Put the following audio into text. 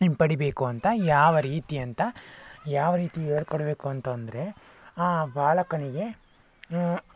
ಹಿಂಪಡಿಬೇಕು ಅಂತ ಯಾವ ರೀತಿ ಅಂತ ಯಾವ ರೀತಿ ಹೇಳ್ಕೊಡ್ಬೇಕು ಅಂತಂದರೆ ಆ ಬಾಲಕನಿಗೆ